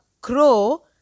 crow